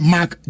Mark